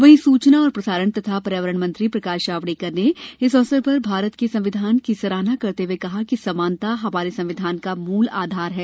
वही सूचना और प्रसारण तथा पर्यावरण मंत्री प्रकाश जावड़ेकर ने इस अवसर पर भारत के संविधान की सराहना करते हुए कहा कि समानता हमारे संविधान का मूल आधार है